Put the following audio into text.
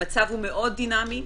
המצב הוא מאוד דינמי.